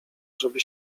żeby